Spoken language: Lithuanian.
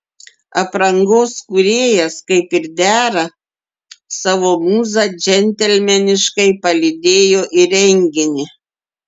aprangos kūrėjas kaip ir dera savo mūzą džentelmeniškai palydėjo į renginį